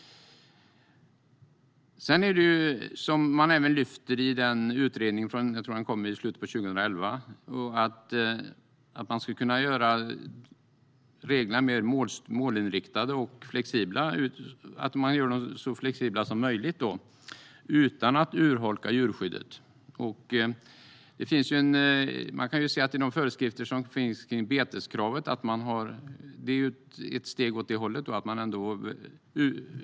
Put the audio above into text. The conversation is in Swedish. I den utredning som jag tror kom i slutet av 2011 lyfts fram att man skulle kunna göra reglerna mer målinriktade och så flexibla som möjligt utan att urholka djurskyddet. De föreskrifter som finns om beteskravet är ett steg åt det hållet.